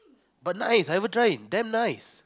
but nice have a try damn nice